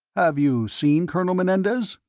have you seen colonel menendez?